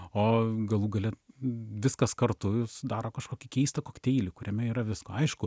o galų gale viskas kartu ir sudaro kažkokį keistą kokteilį kuriame yra visko aišku